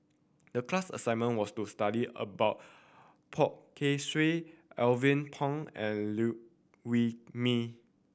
the class assignment was to study about Poh Kay Swee Alvin Pang and Liew Wee Mee